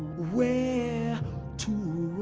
where to